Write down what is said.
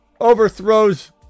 overthrows